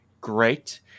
Great